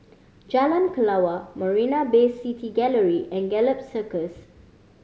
Jalan Kelawar Marina Bay City Gallery and Gallop Circus